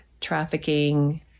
trafficking